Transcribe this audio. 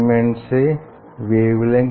इसलिए Pythagoras theorem से 2 r n 2 R2 होगा